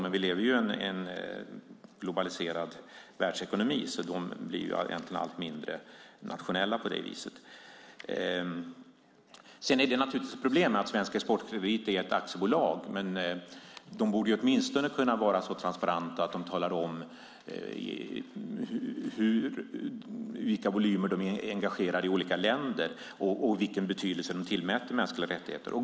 Men vi lever i en globaliserad världsekonomi, så de blir egentligen allt mindre nationella på det viset. Det är naturligtvis ett problem att Svensk Exportkredit är ett aktiebolag. De borde åtminstone kunna vara så pass transparenta att de talar om i vilka volymer de är engagerade i olika länder och vilken betydelse de tillmäter mänskliga rättigheter.